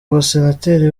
abasenateri